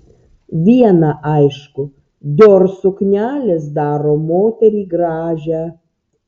viena aišku dior suknelės daro moterį gražią